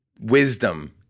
wisdom